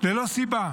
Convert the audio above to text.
ללא סיבה.